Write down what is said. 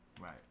Right